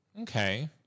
Okay